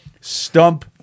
Stump